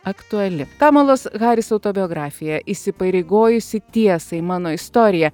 aktuali kamalos haris autobiografija įsipareigojusi tiesai mano istorija